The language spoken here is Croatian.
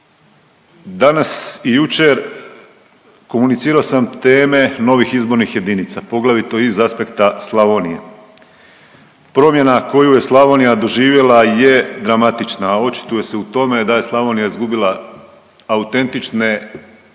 Danas i jučer komunicirao sam teme novih izbornih jedinica, poglavito iz aspekta Slavonije. Promjena koju je Slavonija doživjela je dramatična, a očituje se u tome da je Slavonija izgubila autentične,